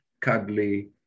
cuddly